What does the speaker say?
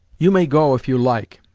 you may go if you like.